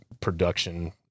production